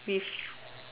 with